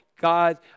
God